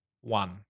One